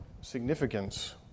significance